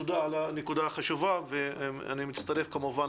תודה על הנקודה החשובה שהעלית ואני כמובן מצטרף